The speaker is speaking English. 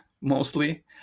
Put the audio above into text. mostly